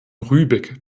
rübig